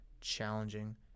challenging